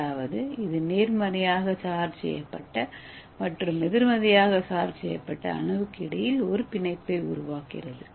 அதாவது இது நேர்மறையாக சார்ஜ் செய்யப்பட்ட மற்றும் எதிர்மறையாக சார்ஜ் செய்யப்பட்ட அணுவுக்கு இடையில் ஒரு பிணைப்பை உருவாக்குகிறது